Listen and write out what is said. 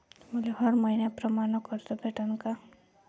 मले हर मईन्याप्रमाणं कर्ज भेटन का?